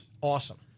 awesome